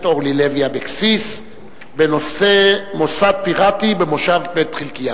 אורלי לוי אבקסיס בנושא: מוסד פיראטי במושב בית-חלקיה.